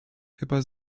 chyba